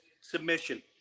submission